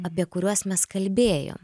apie kuriuos mes kalbėjom